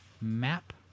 map